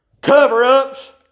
cover-ups